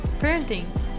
Parenting